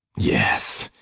yes,